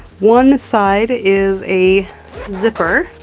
one side is a zipper,